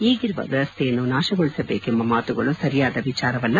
ಈಗಿರುವ ವ್ಯವಸ್ಥೆಯನ್ನು ನಾಶಗೊಳಿಸಬೇಕೆಂಬ ಮಾತುಗಳು ಸರಿಯಾದ ವಿಚಾರವಲ್ಲ